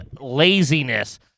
laziness